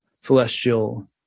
celestial